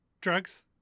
drugs